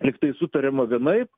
lygtai sutariama vienaip